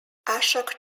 ashok